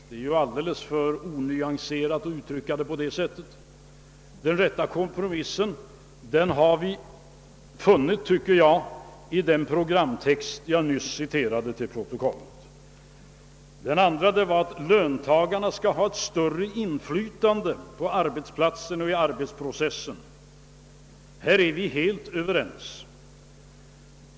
Det är ju alldeles för onyanserat att uttrycka saken på det sättet. Jag tycker att vi har funnit den rätta kompromissen i den programtext jag nyss citerade. Den andra punkten gällde att löntagarna skall ha större inflytande på arbetsplatsen och över arbetsprocessen. Här är vi helt överens.